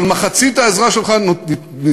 אבל מחצית העזרה שלך נצברת,